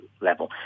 level